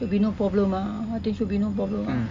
should be no problem ah I think should be no problem ah